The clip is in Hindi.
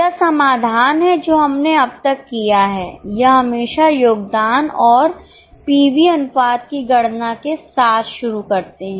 यह समाधान है जो हमने अब तक किया है हम हमेशा योगदान और पीवी अनुपात की गणना के साथ शुरू करते हैं